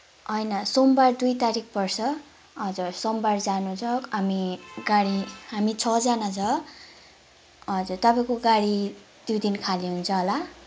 होइन सोमवार दुई तारिक पर्छ हजुर सोमवार जानु छ हामी गाडी हामी छजना छौँ हजुर तपाईँको गाडी त्यो दिन खाली हुन्छ होला